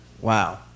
Wow